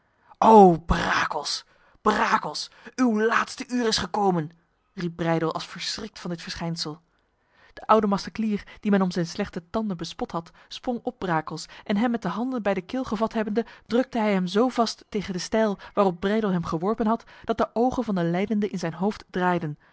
o brakels brakels uw laatste uur is gekomen riep breydel als verschrikt van dit verschijnsel de oude maceclier die men om zijn slechte tanden bespot had sprong op brakels en hem met de handen bij de keel gevat hebbende drukte hij hem zo vast tegen de stijl waarop breydel hem geworpen had dat de ogen van de lijdende in zijn hoofd draaiden